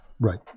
Right